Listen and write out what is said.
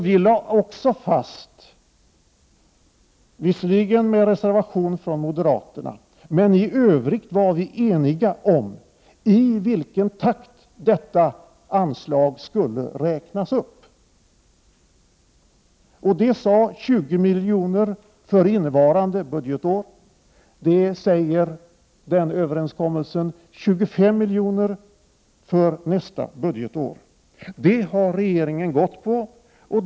Vi lade också fast, visserligen med reservation från moderaterna, men i övrigt var vi eniga, i vilken takt detta anslag skulle räknas upp. Den överenskommelsen sade 20 miljoner för innevarande budgetår, den säger 25 miljoner för nästa budgetår. Detta har varit regeringens utgångspunkt.